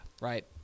Right